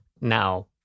Now